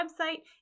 website